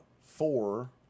four